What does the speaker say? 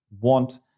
want